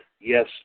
yes